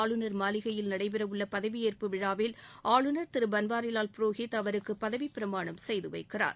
ஆளுநர் மாளிகையில் நடைபெறவுள்ள பதவியேற்பு விழாவில் ஆளுநர் திரு பன்வாரிலால் புரோஹித் அவருக்கு பதவிப் பிரமாணம் செய்து வைக்கிறார்